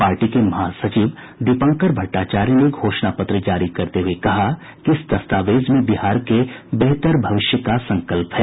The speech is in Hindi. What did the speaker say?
पार्टी के महासचिव दीपंकर भट्टाचार्य ने घोषणा पत्र जारी करते हुए कहा कि इस दस्तावेज में बिहार के बेहतर भविष्य का संकल्प है